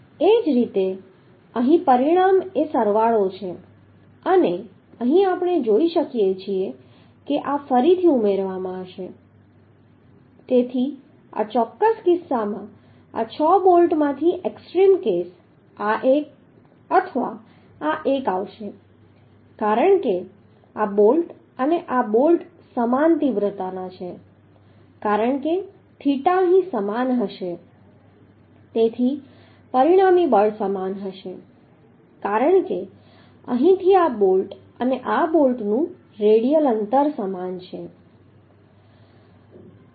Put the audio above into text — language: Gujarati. એ જ રીતે અહીં પરિણામ એ સરવાળો છે અને અહીં આપણે જોઈ શકીએ છીએ કે આ ફરીથી ઉમેરવામાં આવશે તેથી આ ચોક્કસ કિસ્સામાં આ છ બોલ્ટમાંથી એક્સ્ટ્રીમ કેસ આ એક અથવા આ એક આવશે કારણ કે આ બોલ્ટ અને આ બોલ્ટ સમાન તીવ્રતાછે કારણ કે થીટા અહીં સમાન હશે તેથી પરિણામી બળ સમાન હશે કારણ કે અહીંથી આ બોલ્ટ અને આ બોલ્ટનું રેડિયલ અંતર સમાન છે